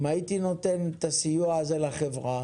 אם הייתי נותן את הסיוע הזה לחברה,